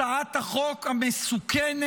הצעת החוק המסוכנת,